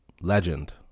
Legend